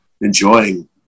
enjoying